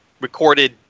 recorded